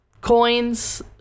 coins